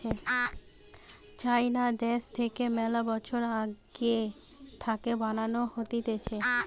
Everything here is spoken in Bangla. চাইনা দ্যাশ থাকে মেলা বছর আগে থাকে বানানো হতিছে